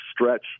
stretch